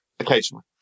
Occasionally